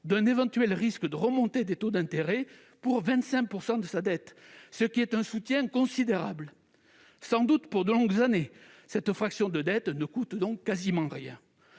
d'un éventuel risque de remontée des taux d'intérêt pour 25 % de sa dette, ce qui est un soutien considérable, sans doute pour de longues années. Cette fraction de dette ne coûte donc quasiment rien.